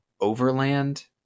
Overland